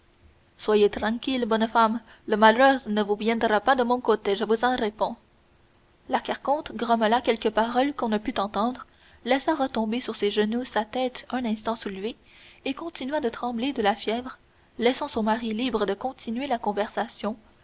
soyez tranquille bonne femme le malheur ne vous viendra pas de mon côté je vous en réponds la carconte grommela quelques paroles qu'on ne put entendre laissa retomber sur ses genoux sa tête un instant soulevée et continua de trembler de la fièvre laissant son mari libre de continuer la conversation